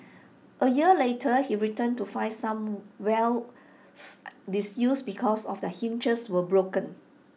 A year later he returned to find some wells disused because their hinges were broken